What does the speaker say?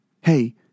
Hey